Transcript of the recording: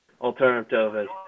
alternative